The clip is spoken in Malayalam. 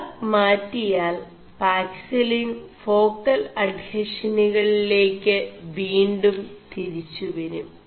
2് മാിയാൽ പാക ിലിൻ േഫാ ൽ അഡ്െഹഷനുകളിേല ് വീും തിരിggവരും